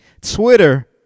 Twitter